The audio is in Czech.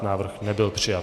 Návrh nebyl přijat.